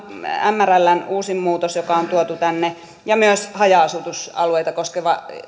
mrln uusin muutos joka on tuotu tänne ja myös haja asutusalueita koskeva